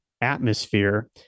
atmosphere